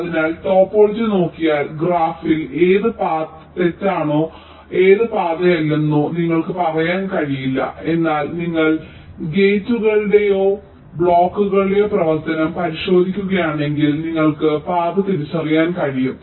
അതിനാൽ ടോപ്പോളജി നോക്കിയാൽ ഗ്രാഫിൽ ഏത് പാത തെറ്റാണെന്നോ ഏത് പാതയല്ലെന്നോ നിങ്ങൾക്ക് പറയാൻ കഴിയില്ല എന്നാൽ നിങ്ങൾ ഗേറ്റുകളുടെയോ ബ്ലോക്കുകളുടെയോ പ്രവർത്തനം പരിശോധിക്കുകയാണെങ്കിൽ നിങ്ങൾക്ക് പാത തിരിച്ചറിയാൻ കഴിയും